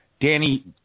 Danny